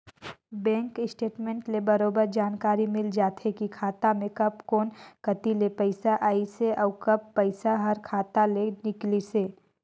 bank statement ले बरोबर जानकारी मिल जाथे की खाता मे कब कोन कति ले पइसा आइसे अउ कब पइसा हर खाता ले निकलिसे